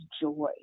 joy